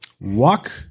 Walk